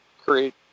create